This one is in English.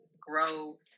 grow